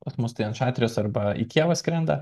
pas mus tai ant šatrijos arba į kijevą atskrenda